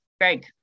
Greg